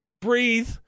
breathe